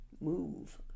move